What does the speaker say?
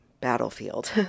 battlefield